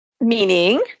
meaning